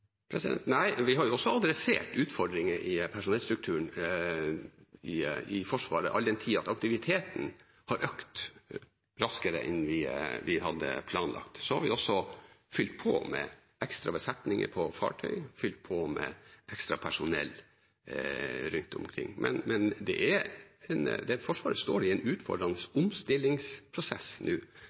Nei, vi har også adressert utfordringer i personellstrukturen i Forsvaret, all den tid at aktiviteten har økt raskere enn vi hadde planlagt. Så har vi også fylt på med ekstra besetninger på fartøy, fylt på med ekstra personell rundt omkring. Men Forsvaret står i en utfordrende omstillingsprosess nå,